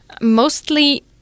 mostly